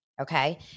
okay